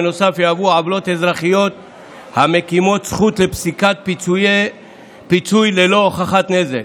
ובנוסף יהוו עוולות אזרחיות המקימות זכות לפסיקת פיצוי ללא הוכחת נזק.